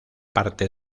parte